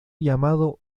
llamado